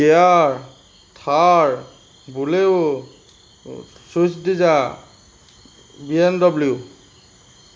Kia Thar bolero swift desire BMW